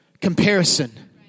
comparison